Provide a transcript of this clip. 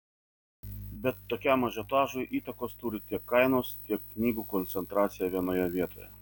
bet tokiam ažiotažui įtakos turi tiek kainos tiek knygų koncentracija vienoje vietoje